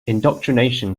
indoctrination